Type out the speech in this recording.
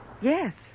Yes